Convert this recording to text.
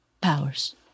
powers